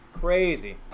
Crazy